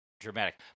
dramatic